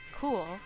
cool